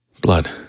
Blood